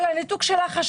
על הניתוק של החשמל.